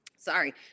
Sorry